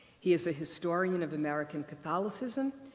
he is a historian of american catholicism,